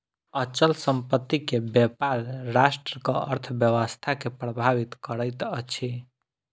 अचल संपत्ति के व्यापार राष्ट्रक अर्थव्यवस्था के प्रभावित करैत अछि